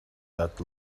that